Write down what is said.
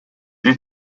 die